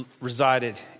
resided